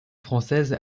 française